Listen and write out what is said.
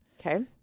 Okay